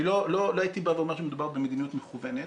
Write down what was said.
אני לא הייתי אומר שמדובר במדיניות מכוונת,